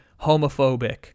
homophobic